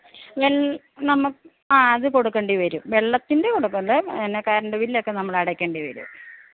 ഞാന് നമ്മൾ ആ അത് കൊടുക്കേണ്ടി വരും വെള്ളത്തിന്റെ കൊടുക്കണ്ട എന്നാൽ കറന്റ് ബില്ലെക്കെ നമ്മളടയ്ക്കേണ്ടി വരും